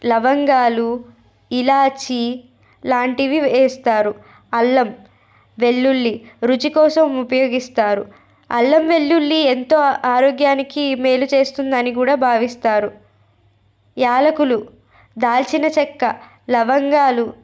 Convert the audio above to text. లవంగాలు ఇలాచి లాంటివి వేస్తారు అల్లం వెల్లుల్లి రుచి కోసం ఉపయోగిస్తారు అల్లం వెల్లుల్లి ఎంతో ఆరోగ్యానికి మేలు చేస్తుందని కూడా భావిస్తారు యాలకులు దాల్చిన చెక్క లవంగాలు